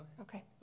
Okay